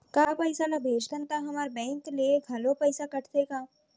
का पइसा ला भेजथन त हमर बैंक ले घलो पइसा कटथे का?